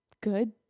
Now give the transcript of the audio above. good